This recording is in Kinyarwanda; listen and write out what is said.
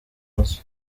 mazu